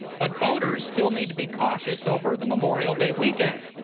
but boaters still need to be cautious over the memorial day weekend.